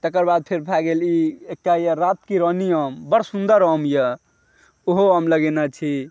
तकर बाद फेर भै गेल ई एकटा यऽ रात की रानी आम बड सुन्दर आम यऽ ओहो आम लगने छी